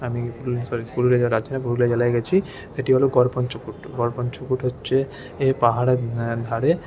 আমি সরি পুরুলিয়া রাজ্যে নয় পুরুলিয়া জেলায় গেছি সেটি হলো গড় পঞ্চকোট গড় পঞ্চকোট হচ্ছে পাহাড়ের ধারে